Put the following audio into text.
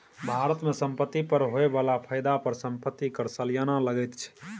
भारत मे संपत्ति पर होए बला फायदा पर संपत्ति कर सलियाना लगैत छै